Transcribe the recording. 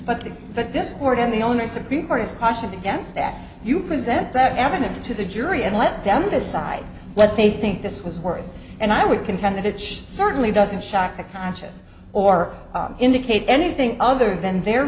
the but this court and the owner supreme court has cautioned against that you present that evidence to the jury and let them decide what they think this was worth and i would contend that it's certainly doesn't shock the conscious or indicate anything other than their